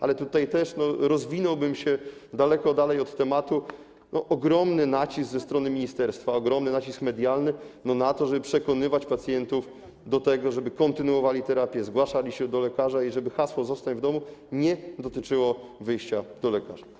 Ale tutaj też - rozwinąłbym się daleko dalej od tematu - ogromny nacisk ze strony ministerstwa, ogromny nacisk medialny na to, żeby przekonywać pacjentów do tego, żeby kontynuowali terapię, zgłaszali się do lekarza i żeby hasło „zostań w domu” nie dotyczyło wyjścia do lekarza.